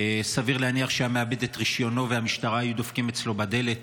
סביר להניח שהיה מאבד את רישיונו ומהמשטרה היו דופקים אצלו בדלת.